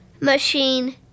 Machine